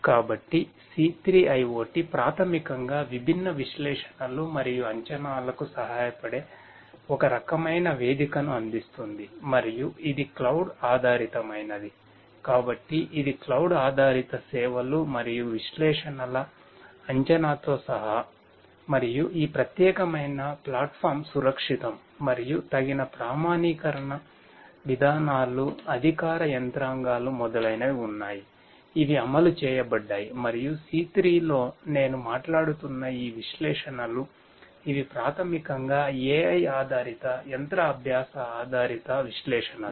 కాబట్టి C3 IoT ప్రాథమికంగా విభిన్న విశ్లేషణలు మరియు అంచనాలకు సహాయపడే ఒక రకమైన వేదికను అందిస్తుంది మరియు ఇది క్లౌడ్ ఆధారిత సేవలు మరియు విశ్లేషణల అంచనాతో సహా మరియు ఈ ప్రత్యేకమైన ప్లాట్ఫాం సురక్షితం మరియు తగిన ప్రామాణీకరణ విధానాలు అధికార యంత్రాంగాలు మొదలైనవి ఉన్నాయి ఇవి అమలు చేయబడ్డాయి మరియు C3 లో నేను మాట్లాడుతున్న ఈ విశ్లేషణలు ఇవి ప్రాథమికంగా AI ఆధారిత యంత్ర అభ్యాస ఆధారితవిశ్లేషణలు